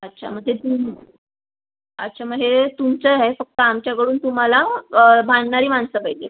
अच्छा मग ते तुम अच्छा मग हे तुमचे हे फक्त आमच्याकडून तुम्हाला बांधणारी माणसं पाहिजेत